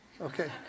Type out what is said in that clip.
Okay